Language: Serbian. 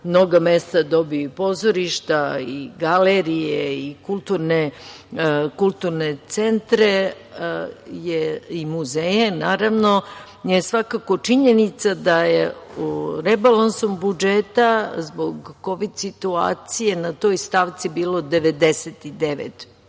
mnoga mesta dobiju i pozorišta i galerije i kulturne centre i muzeje, naravno je svakako činjenica da je rebalansom budžeta zbog Kovid situacije na toj stranci bilo 99,5